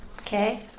Okay